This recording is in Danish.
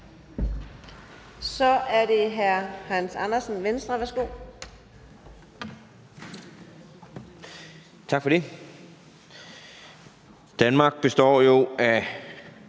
Så er det hr. Hans Andersen, Venstre. Værsgo. Kl.